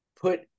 put